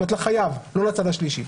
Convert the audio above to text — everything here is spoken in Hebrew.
זאת אומרת, לחייב ולא לצד השלישי.